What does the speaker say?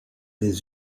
des